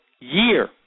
year